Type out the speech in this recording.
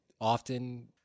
often